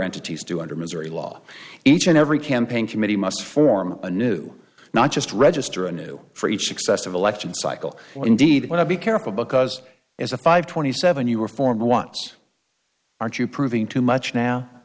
entities do under missouri law each and every campaign committee must form a new not just register a new for each successive election cycle or indeed one to be careful because as a five twenty seven you reform wants aren't you proving too much now